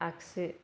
आगसि